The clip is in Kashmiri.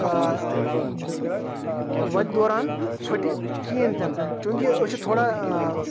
وَتہِ دوران پھٔٹہِ کِہیٖنۍ تہِ نہٕ چوٗنٛکہ أسۍ چھِ تھوڑا